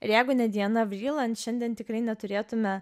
ir jeigu ne diana vriland šiandien tikrai neturėtumėme